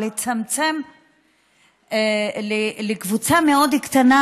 או לצמצם לקבוצה מאוד קטנה,